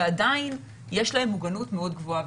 ועדיין יש להם מוגנות מאוד גבוהה,